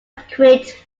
create